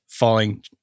Falling